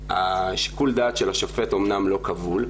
שיקול הדעת של השופט אמנם לא כבול,